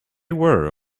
were